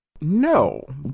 No